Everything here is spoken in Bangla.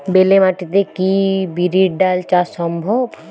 বেলে মাটিতে কি বিরির ডাল চাষ সম্ভব?